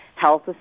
health